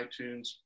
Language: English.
iTunes